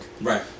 right